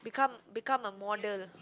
become become a model